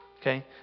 Okay